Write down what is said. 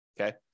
Okay